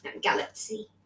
Galaxy